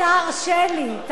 תרשה לי.